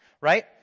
right